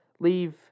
leave